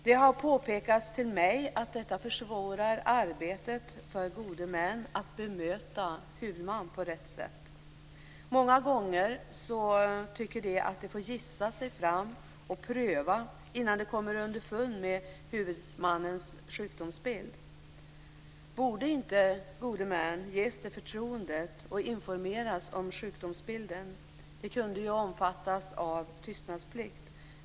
Det har påpekats för mig att detta försvårar arbetet för gode män att bemöta huvudmannen på rätt sätt. Många gånger får de gissa sig fram och pröva innan de kommer underfund med huvudmannens sjukdomsbild. Borde inte gode män ges det förtroendet och informeras om sjukdomsbilden? De kunde ju omfattas av tystnadsplikt.